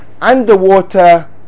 underwater